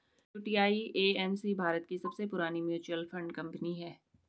UTI AMC Bharat की सबसे पुरानी म्यूचुअल फंड कंपनी है